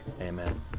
amen